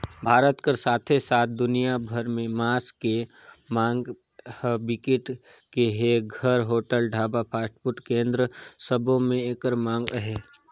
भारत कर साथे साथ दुनिया भर में मांस के मांग ह बिकट के हे, घर, होटल, ढाबा, फास्टफूड केन्द्र सबो में एकर मांग अहे